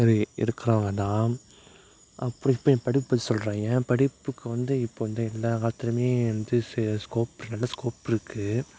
இருக்கிறாங்கதான் அப்போ இப்போ என் படிப்பு சொல்கிறன் என் படிப்புக்கு வந்து இப்போது இந்த எந்த காலத்துலேயுமே வந்து ஸ்கோப் நல்ல ஸ்கோப் இருக்குது